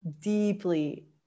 deeply